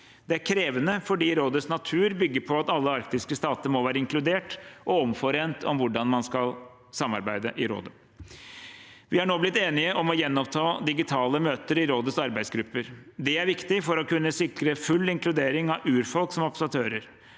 Det er krevende fordi rådets natur bygger på at alle arktiske stater må være inkludert og omforent om hvordan man skal samarbeide i rådet. Vi har nå blitt enige om å gjenoppta digitale møter i rådets arbeidsgrupper. Det er viktig for å kunne sikre full inkludering av urfolk som observatører,